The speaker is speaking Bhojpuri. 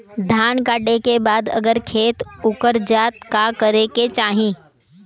धान कांटेके बाद अगर खेत उकर जात का करे के चाही?